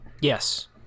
Yes